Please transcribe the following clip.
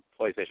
PlayStation